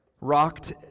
rocked